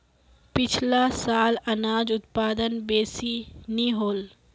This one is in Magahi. पिछला साल अनाज उत्पादन बेसि नी होल